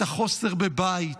את החוסר בבית,